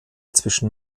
zwischen